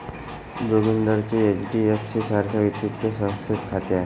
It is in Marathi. जोगिंदरचे एच.डी.एफ.सी सारख्या वित्तीय संस्थेत खाते आहे